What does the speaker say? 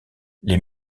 les